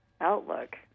outlook